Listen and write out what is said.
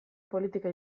politika